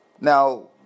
Now